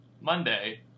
Monday